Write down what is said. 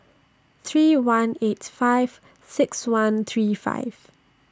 three one eight five six one three five